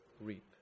reap